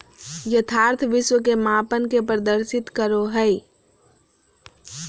यथार्थ विश्व के मापन के प्रदर्शित करो हइ